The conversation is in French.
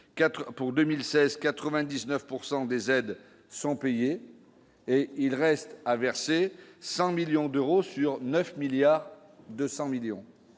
pour 2016 99 pourcent des aides sont payés et il reste à verser 100 millions d'euros sur 9 milliards 200 millions